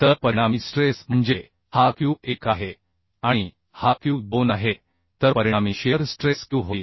तर परिणामी स्ट्रेस म्हणजे हा q1 आहे आणि हा q2 आहे तर परिणामी शिअर स्ट्रेस q होईल